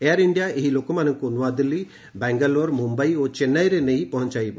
air India ଏହି ଲୋକମାନଙ୍କୁ ନୂଆଦିଲ୍ଲୀ ବାଙ୍ଗାଲୋର ମୁମ୍ୟାଇ ଓ ଚେନ୍ନାଇରେ ନେଇ ପହଞ୍ଚାଇବ